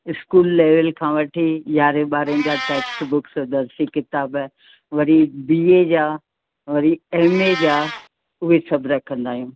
school level खां वठी यारहें ॿारहें जा टेक्स्ट बुक्स दर्सी किताब वरी बी ए जा वरी एम जा उहे सभु रखंदा आहियूं